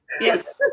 Yes